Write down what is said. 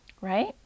Right